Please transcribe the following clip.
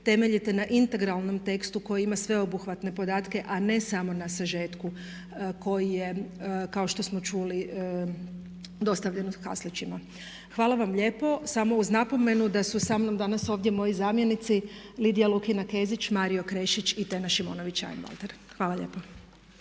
temeljite na integralnom tekstu koji ima sveobuhvatne podatke a ne samo na sažetku koji je kao što smo čuli dostavljen u kaslićima. Hvala vam lijepo, samo uz napomenu da su sa mnom danas ovdje moji zamjenici Lidija Lukina Kezić, Mario Krešić i Tena Šimunović Einwalter. Hvala lijepo.